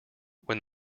when